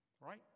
Right